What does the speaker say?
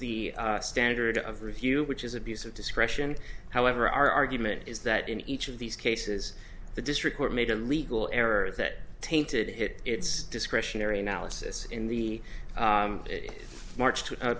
the standard of review which is abuse of discretion however our argument is that in each of these cases the district court made a legal error that tainted it it's discretionary analysis in the